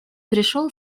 пришел